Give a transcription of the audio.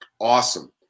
Awesome